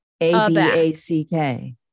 A-B-A-C-K